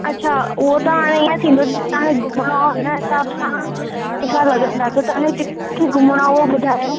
अछा उहो त हाणे ईअं थींदो तव्हांखे कुझु घुमणो आहे त उन हिसाब सां पैसा लॻंदा त तव्हांखे किथे किथे घुमणो आहे उहो ॿुधायो